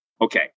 Okay